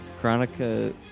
Chronica